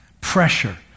pressure